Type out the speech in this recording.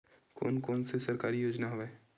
कोन कोन से सरकारी योजना हवय?